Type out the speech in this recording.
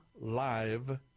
live